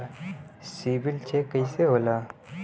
CIBIL check कइसे होला?